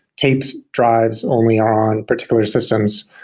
tape drives only on particular systems,